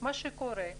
מה שקורה,